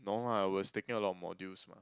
no lah I was taking a lot of modules mah